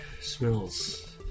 smells